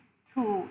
to